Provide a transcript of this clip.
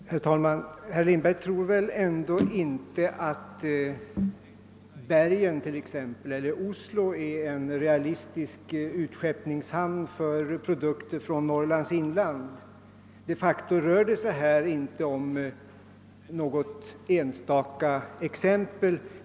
Herr talman! Herr Lindberg tror väl ändå inte att t.ex. Bergen eller Oslo är realistiska utskeppningshamnar för produkter från Norrlands inland. De facto rör det sig här inte om något enstaka exempel.